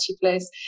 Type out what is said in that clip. Place